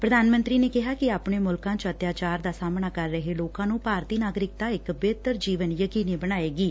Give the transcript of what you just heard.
ਪ੍ਰਧਾਨ ਮੰਤਰੀ ਨੇ ਕਿਹਾ ਕਿ ਆਪਣੇ ਮੁਲਕਾਂ ਚ ਅਤਿਆਚਾਰ ਦਾ ਸਾਹਮਣਾ ਕਰ ਰਹੇ ਲੋਕਾਂ ਨੂੰ ਭਾਰਤੀ ਨਾਗਰਿਕਤਾ ਇਕ ਬਿਹਤਰ ਜੀਵਨ ਯਕੀਨੀ ਬਣਾਏਗੀ